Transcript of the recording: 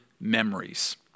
memories